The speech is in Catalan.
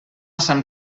sant